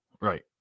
Right